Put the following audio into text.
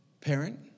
Parent